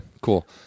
cool